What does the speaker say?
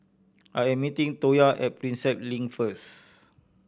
I am meeting Toya at Prinsep Link first